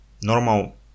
normal